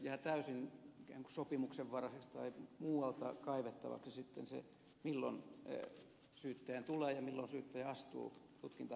jää täysin ikään kuin sopimuksenvaraiseksi tai muualta kaivettavaksi se milloin syyttäjän tulee astua ja milloin syyttäjä astuu tutkintaa vetämään